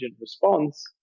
response